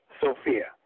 Sophia